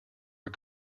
are